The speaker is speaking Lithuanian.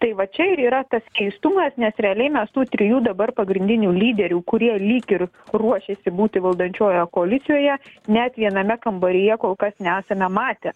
tai va čia ir yra tas keistumas nes realiai mes tų trijų dabar pagrindinių lyderių kurie lyg ir ruošiasi būti valdančiojoje koalicijoje net viename kambaryje kol kas nesame matę